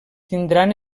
tindran